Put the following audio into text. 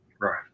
right